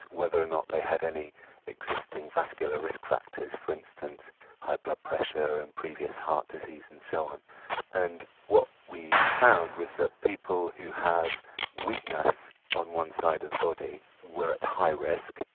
whether or not they had any existing vascular risk factors. for instance high blood pressure and previous heart disease and so on and what we found was the people who have weakness on one side of the body were at high risk,